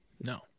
no